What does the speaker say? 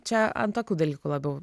čia ant tokių dalykų labiau